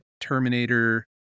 Terminator